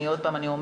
אני שוב אומרת,